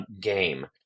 game